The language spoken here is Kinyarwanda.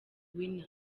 winner